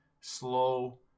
slow